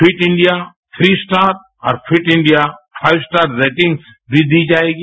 fit India three star और Fit India five star ratings भी दी जाएगी